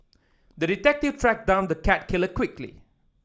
the detective tracked down the cat killer quickly